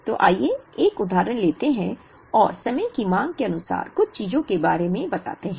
तो आइए एक उदाहरण लेते हैं और समय की मांग के अनुसार कुछ चीजों के बारे में बताते हैं